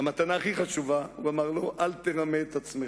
המתנה הכי חשובה, הוא אמר לו: אל תרמה את עצמך.